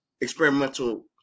experimental